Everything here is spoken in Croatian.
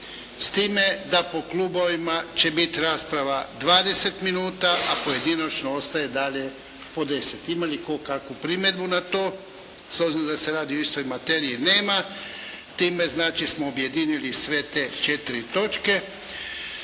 s time da po klubovima će biti rasprava 20 minuta a pojedinačno ostaje dalje po 10. Ima li tko kakvu primjedbu na to s obzirom da se radi o istoj materiji? Nema. Time znači smo objedinili sve te 4 točke.